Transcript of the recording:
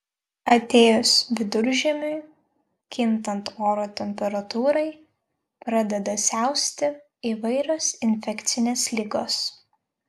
atėjus viduržiemiui kintant oro temperatūrai pradeda siausti įvairios infekcinės ligos